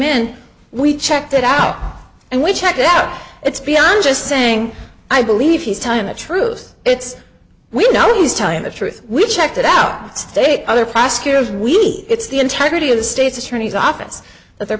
in we checked it out and which checked it out it's beyond just saying i believe he's telling the truth it's we know he's telling the truth we've checked it out date other prosecutors we it's the integrity of the state's attorney's office that they're